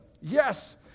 yes